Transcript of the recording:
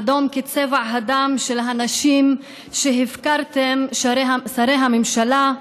אדום כצבע הדם של הנשים שהפקרתם, שרי הממשלה,